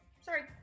sorry